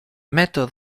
method